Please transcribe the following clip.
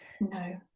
No